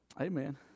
amen